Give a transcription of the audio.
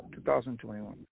2021